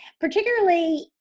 particularly